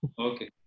Okay